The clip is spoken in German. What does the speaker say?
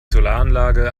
solaranlage